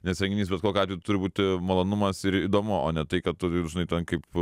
nes renginys bet kokiu atveju turi būti malonumas ir įdomu o ne tai kad tu žinai ten kaip